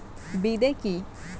বিদে কি?